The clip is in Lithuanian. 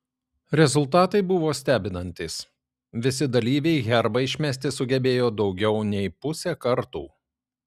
rezultatai buvo stebinantys visi dalyviai herbą išmesti sugebėjo daugiau nei pusę kartų